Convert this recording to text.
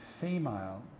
female